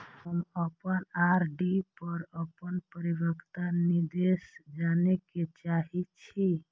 हम अपन आर.डी पर अपन परिपक्वता निर्देश जाने के चाहि छी